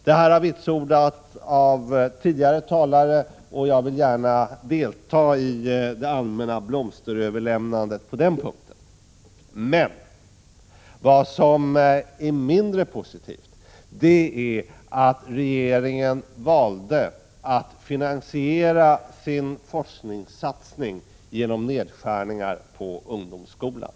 Detta har vitsordats av tidigare talare, och jag vill gärna delta i det allmänna blomsteröverlämnandet på den punkten. Men, vad som är mindre positivt är att regeringen valde att finansiera sin forskningssatsning genom nedskärningar inom ungdomsskolan.